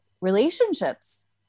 relationships